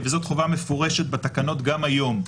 וזאת חובה מפורשת בתקנות גם היום,